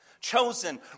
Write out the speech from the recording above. Chosen